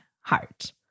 heart